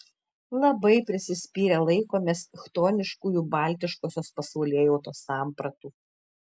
labai prisispyrę laikomės chtoniškųjų baltiškosios pasaulėjautos sampratų